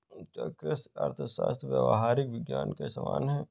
क्या कृषि अर्थशास्त्र व्यावहारिक विज्ञान के समान है?